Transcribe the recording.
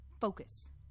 focus